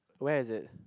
where is it